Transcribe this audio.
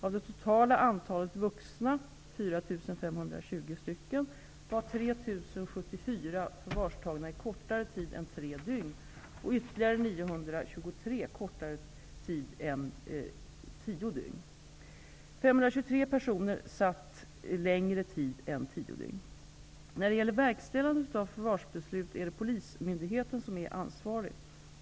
Av det totala antalet vuxna, 4 520 När det gäller verkställandet av förvarsbeslut är det polismyndigheten som är ansvarig.